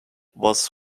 was